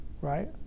right